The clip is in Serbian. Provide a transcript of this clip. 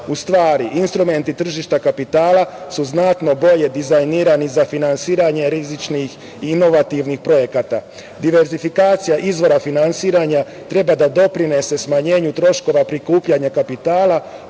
stvari, instrumenti tržišta kapitala su znatno bolje dizajnirani za finansiranje rizičnih inovativnih projekata. Diversifikacija izvora finansiranja treba da doprinese smanjenju troškova prikupljanja kapitala,